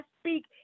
speak